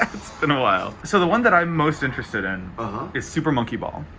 it's been a while. so, the one that i'm most interested in is super monkey ball.